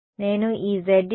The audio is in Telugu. నేను ఈ Za